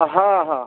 ହଁ ହଁ